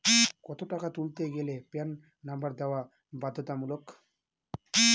কত টাকা তুলতে গেলে প্যান নম্বর দেওয়া বাধ্যতামূলক?